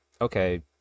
okay